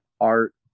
art